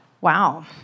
Wow